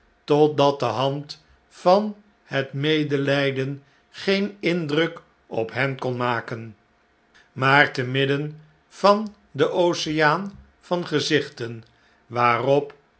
totdat de hand van het medehjden geen indruk op hen kon maken maar te midden van den oceaan van gezichten waarop